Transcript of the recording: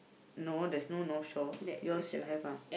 no there's no North Shore yours you have ah